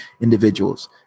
individuals